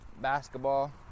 Basketball